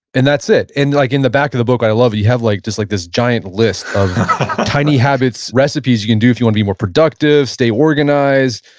and that's it. and like in the back of the book, i love it, you have like just like this giant list of tiny habits recipes you can do if you want to be more productive, stay organized,